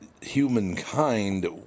humankind